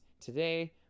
today